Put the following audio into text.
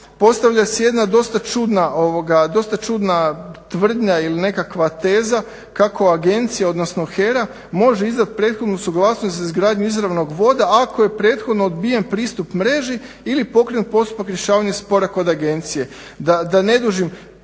postavlja se jedna dosta čudna tvrdnja ili nekakva teza kako agencija, odnosno HERA može izdati prethodnu suglasnost za izgradnju izravnog voda ako je prethodno odbijen pristup mreži ili pokrenut postupak rješavanja spora kod agencije.